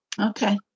Okay